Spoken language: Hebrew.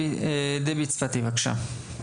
דבי צפתי, בבקשה.